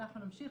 אנחנו נמשיך,